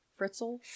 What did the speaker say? Fritzel